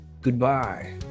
Goodbye